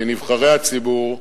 נבחרי הציבור,